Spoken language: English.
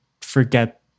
forget